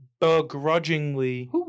begrudgingly